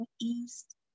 east